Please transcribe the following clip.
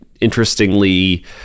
interestingly